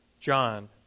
John